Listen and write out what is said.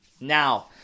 Now